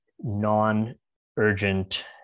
non-urgent